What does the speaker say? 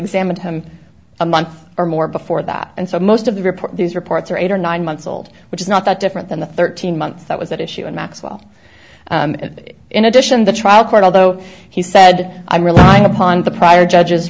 examined him a month or more before that and so most of the report these reports are eight or nine months old which is not that different than the thirteen months that was at issue and maxwell in addition the trial court although he said i relied upon the prior judges